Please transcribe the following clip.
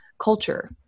culture